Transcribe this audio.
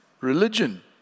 religion